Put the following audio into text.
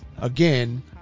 Again